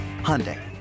Hyundai